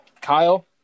Kyle